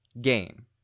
game